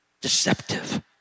deceptive